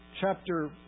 chapter